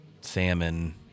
salmon